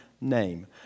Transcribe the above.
name